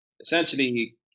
essentially